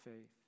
faith